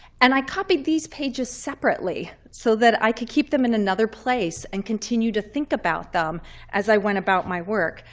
and i copied these pages separately so that i could keep them in another place and continue to think about them as i went about my work.